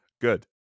Good